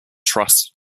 truss